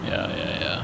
ya ya ya